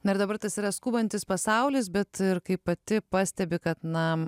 na ir dabar tas yra skubantis pasaulis bet ir kai pati pastebi kad na